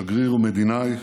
שגריר ומדינאי,